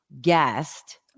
guest